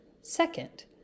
Second